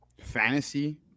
fantasy